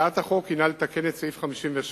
הצעת החוק היא לתקן את סעיף 56,